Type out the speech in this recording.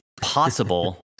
possible